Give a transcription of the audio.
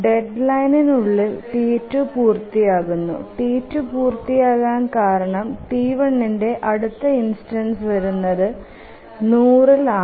ഡെഡ്ലൈനിനു ഉളിൽ T2 പൂർത്തിയാകുന്നു T2 പൂർത്തിയാകാൻ കാരണം T1ന്ടെ അടുത്ത ഇൻസ്റ്റൻസ് വരുന്നത് 100ഇൽ ആണ്